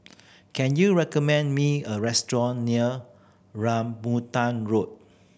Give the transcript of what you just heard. can you recommend me a restaurant near Rambutan Road